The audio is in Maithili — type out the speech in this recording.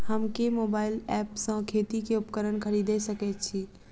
हम केँ मोबाइल ऐप सँ खेती केँ उपकरण खरीदै सकैत छी?